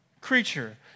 Creature